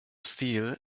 stil